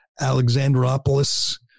Alexandropolis